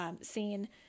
scene